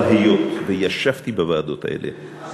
אבל היות שישבתי בוועדות האלה,